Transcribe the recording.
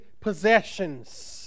possessions